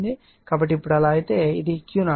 కాబట్టి ఇప్పుడు అలా అయితే ఇది Q0